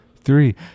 three